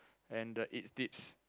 and the eat tips